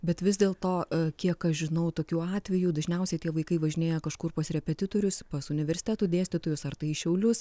bet vis dėl to kiek aš žinau tokių atvejų dažniausiai tie vaikai važinėja kažkur pas repetitorius pas universitetų dėstytojus ar tai į šiaulius